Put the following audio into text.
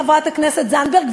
חברת הכנסת זנדברג,